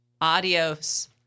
adios